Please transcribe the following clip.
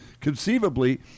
conceivably